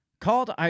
called